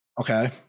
Okay